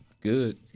Good